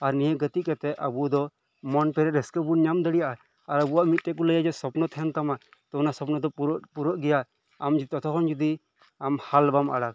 ᱟᱨ ᱱᱤᱭᱟᱹ ᱜᱟᱛᱮᱜ ᱠᱟᱛᱮᱜ ᱟᱵᱚ ᱫᱚ ᱢᱚᱱ ᱯᱮᱨᱮᱡ ᱨᱟᱹᱥᱠᱟᱹ ᱵᱚᱱ ᱧᱟᱢ ᱫᱟᱲᱮᱭᱟᱜᱼᱟ ᱟᱨ ᱟᱵᱚᱣᱟᱜ ᱢᱤᱫ ᱴᱮᱱ ᱠᱚ ᱞᱟᱹᱭᱟ ᱡᱮ ᱥᱚᱯᱱᱚ ᱛᱟᱦᱮᱱ ᱛᱟᱢᱟ ᱛᱚ ᱚᱱᱟ ᱥᱚᱯᱱᱚ ᱫᱚ ᱯᱩᱨᱟᱹᱜ ᱯᱩᱨᱟᱹᱜ ᱜᱮᱭᱟ ᱟᱢ ᱡᱩᱫᱤ ᱡᱷᱚᱛᱚ ᱠᱷᱚᱱ ᱟᱢ ᱡᱩᱫᱤ ᱦᱟᱞ ᱵᱟᱢ ᱟᱲᱟᱜᱽ